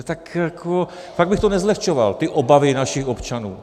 Tak jako pak bych to nezlehčoval, ty obavy našich občanů.